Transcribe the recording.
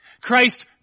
Christ